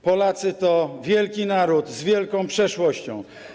Polacy to wielki naród, z wielką przeszłością.